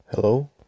Hello